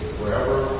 wherever